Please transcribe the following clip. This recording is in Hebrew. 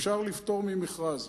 אפשר לפטור ממכרז.